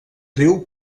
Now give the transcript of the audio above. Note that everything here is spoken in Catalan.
riu